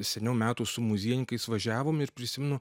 seniau metų su muziejininkais važiavom ir prisimenu